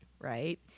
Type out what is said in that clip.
right